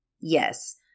Yes